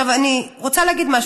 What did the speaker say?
אני רוצה להגיד משהו.